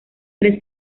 tres